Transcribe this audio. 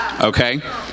Okay